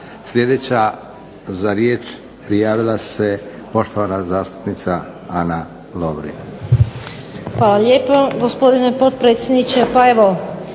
Sljedeća za riječ prijavila se poštovana zastupnica Ana Lovrin. **Lovrin, Ana (HDZ)** Hvala lijepo gospodine potpredsjedniče. Pa evo,